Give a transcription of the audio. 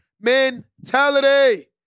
mentality